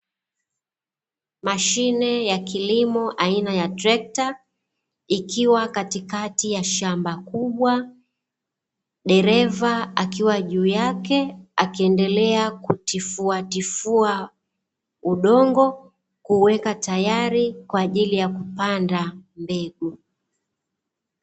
Mashine ya kilimo aina ya trekta, ikiwa katikati ya shamba kubwa, dereva akiwa juu yake akiendelea kutifutifua udongo, kuuweka tayari kwa ajili ya kupanda mbegu.